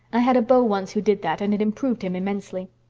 i had a beau once who did that and it improved him immensely.